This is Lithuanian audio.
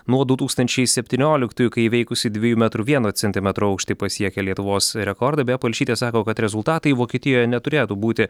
nuo du tūkstančiai septynioliktųjų kai įveikusi dviejų metrų vieno centimetro aukštį pasiekė lietuvos rekordą beje palšytė sako kad rezultatai vokietijoje neturėtų būti